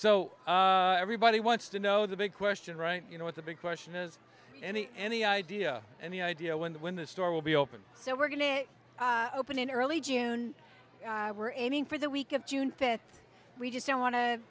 so everybody wants to know the big question right you know what the big question is any any idea any idea when the when the store will be open so we're going to open in early june we're aiming for the week of june fifth we just don't want to